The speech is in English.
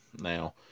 now